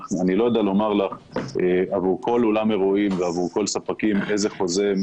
אני לא יודע לומר לך עבור כל אולם אירועים ועבור כל הספקים איזה חוזה,